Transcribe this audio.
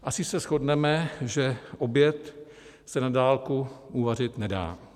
Asi se shodneme, že oběd se na dálku uvařit nedá.